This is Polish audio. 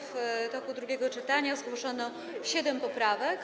W toku drugiego czytania zgłoszono siedem poprawek.